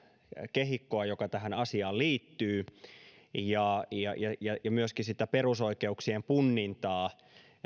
kehikkoa joka tähän asiaan liittyy ja ja myöskin sitä perusoikeuksien punnintaa